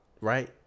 right